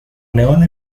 leona